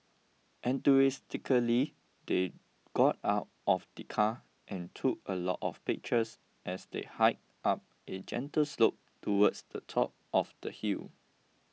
enthusiastically they got out of the car and took a lot of pictures as they hiked up a gentle slope towards the top of the hill